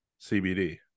CBD